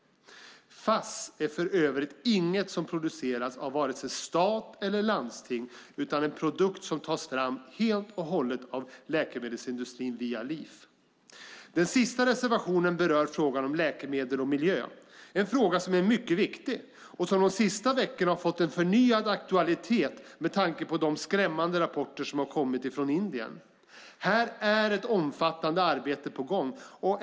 Fass är för övrigt inget som produceras av vare sig stat eller landsting utan en produkt som tas fram helt och hållet av läkemedelsindustrin via LIF. Den sista reservationen berör frågan om läkemedel och miljö. Det är en fråga som är mycket viktig och som de senaste har veckorna fått en förnyad aktualitet med tanke på de skrämmande rapporter som har kommit från Indien. Här är ett omfattande arbete på gång.